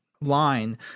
line